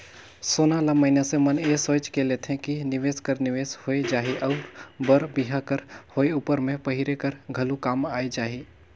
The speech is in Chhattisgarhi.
सोना ल मइनसे मन ए सोंएच के लेथे कि निवेस कर निवेस होए जाही अउ बर बिहा कर होए उपर में पहिरे कर घलो काम आए जाही